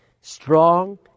strong